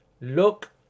look